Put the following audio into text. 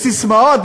בססמאות?